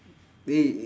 way